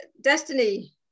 Destiny